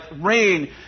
rain